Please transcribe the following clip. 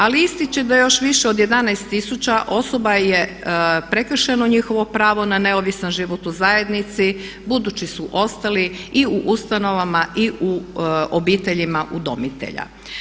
Ali ističe da još više od 11000 osoba je prekršeno njihovo pravo na neovisan život u zajednici budući su ostali i u ustanovama i u obiteljima udomitelja.